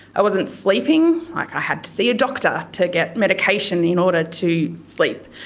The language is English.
i wasn't sleeping. like i had to see a doctor to get medication in order to sleep.